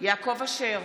יעקב אשר,